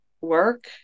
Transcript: work